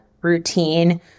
routine